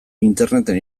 interneten